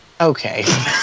Okay